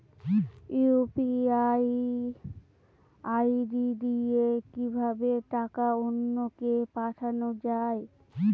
UPI ID দিয়ে কিভাবে টাকা অন্য কে পাঠানো যায়?